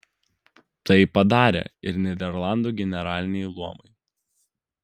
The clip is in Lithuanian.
tai padarė ir nyderlandų generaliniai luomai